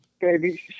baby